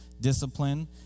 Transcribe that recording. discipline